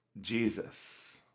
jesus